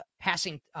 passing